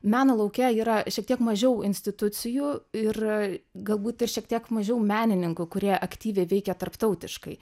meno lauke yra šiek tiek mažiau institucijų ir galbūt ir šiek tiek mažiau menininkų kurie aktyviai veikia tarptautiškai